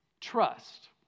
trust